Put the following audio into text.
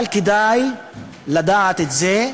אבל כדאי לדעת את זה,